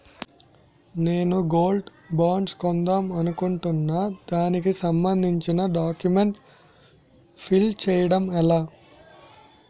నేను gold bonds కొందాం అనుకుంటున్నా దానికి సంబందించిన డాక్యుమెంట్స్ ఫిల్ చేయడం ఎలా?